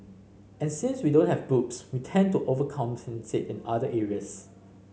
and since we don't have boobs we tend to overcompensate in other areas